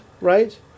right